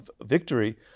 victory